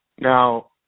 Now